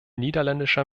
niederländischer